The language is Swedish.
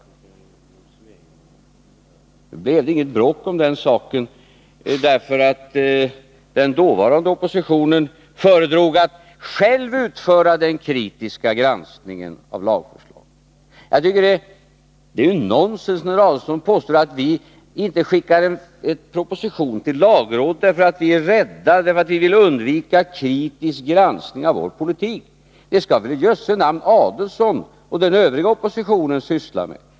Men det blev inget bråk om den saken, därför att den dåvarande oppositionen föredrog att själv utföra den kritiska granskningen av lagförslagen. Det är nonsens när Ulf Adelsohn påstår att vi inte remitterar en proposition till lagrådet därför att vi är rädda för och vill undvika kritisk granskning av vår politik. Det skall väl Ulf Adelsohn och den övriga oppositionen syssla med.